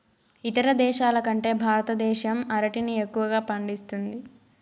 ఇతర దేశాల కంటే భారతదేశం అరటిని ఎక్కువగా పండిస్తుంది